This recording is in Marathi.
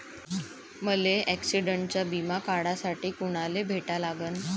मले ॲक्सिडंटचा बिमा काढासाठी कुनाले भेटा लागन?